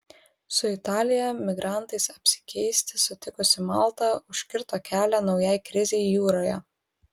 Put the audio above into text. su italija migrantais apsikeisti sutikusi malta užkirto kelią naujai krizei jūroje